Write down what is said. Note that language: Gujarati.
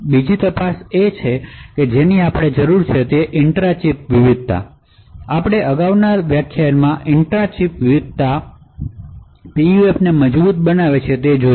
બીજી તપાસ કે જેની પણ જરૂર છે તે ઇન્ટ્રા ચિપ વિવિધતા છે આપણે અગાઉના વ્યાખ્યાનમાં ઇન્ટ્રા ચિપ વિવિધતા PUFની મજબુતા બતાવે છે તેવું જોયું